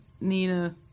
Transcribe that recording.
Nina